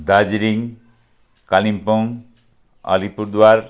Darjeeling Kalimpong Alipurduar